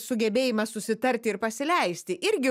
sugebėjimas susitarti ir pasileisti irgi